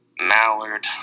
mallard